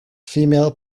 female